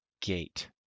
gate